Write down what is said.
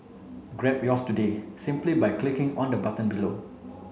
grab yours today simply by clicking on the button below